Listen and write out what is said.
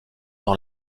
dans